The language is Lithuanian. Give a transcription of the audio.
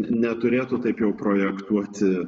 neturėtų taip jau projektuoti